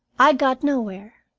i got nowhere.